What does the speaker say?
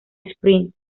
sprint